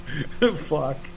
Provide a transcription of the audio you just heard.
Fuck